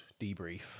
debrief